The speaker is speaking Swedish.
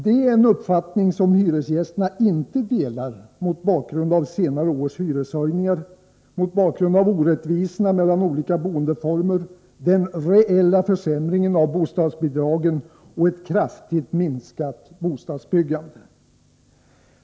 Det är en uppfattning som hyresgästerna inte delar, mot bakgrund av senare års hyreshöjningar, orättvisorna mellan olika boendeformer, den reella försämringen av bostadsbidragen och ett kraftigt minskat bostadsbyggande.